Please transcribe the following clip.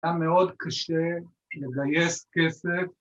‫היה מאוד קשה לגייס כסף.